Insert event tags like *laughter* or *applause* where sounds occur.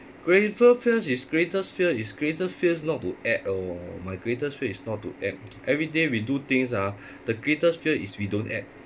greatest fear is greatest fear is greatest fear is not to act orh my greatest fear is not to act *noise* everyday we do things ah the greatest fear is we don't act